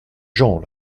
gens